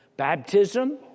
Baptism